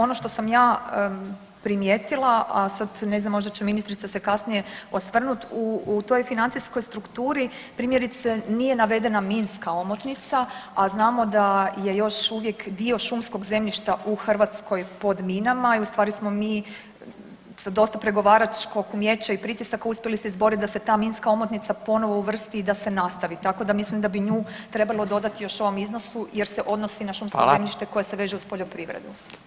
Ono što sam ja primijetila, a sad ne znam možda će ministrica se kasnije osvrnut, u toj financijskoj strukturi primjerice nije navedena minska omotnica, a znamo da je još uvijek dio šumskog zemljišta u Hrvatskoj pod minama i u stvari smo mi sa dosta pregovaračkog umijeća i pritisaka uspjeli se izborit da se ta minska omotnica ponovo uvrsti i da se nastavi, tako da mislim da bi nju trebalo dodati još ovom iznosu jer se odnosi na šumsko zemljište koje se veže uz poljoprivredu.